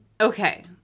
Okay